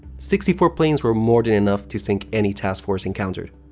sixty four planes were more than enough to sink any task force encountered.